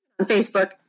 Facebook